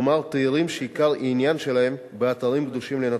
כלומר תיירים שעיקר העניין שלהם באתרים הקדושים לנצרות.